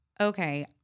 Okay